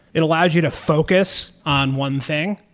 it allows you to focus on one thing.